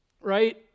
right